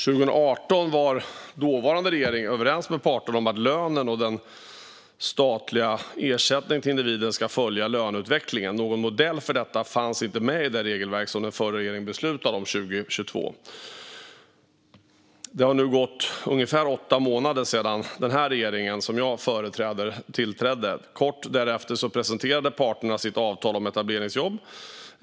År 2018 var dåvarande regering överens med parterna om att lönen och den statliga ersättningen till individen ska följa löneutvecklingen. Någon modell för detta fanns inte med i det regelverk som den förra regeringen beslutade 2022. Det har nu gått ungefär åtta månader sedan den regering som jag företräder tillträdde. Kort därefter presenterade parterna sitt avtal om etableringsjobb.